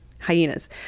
hyenas